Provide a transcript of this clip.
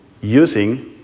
using